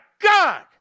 God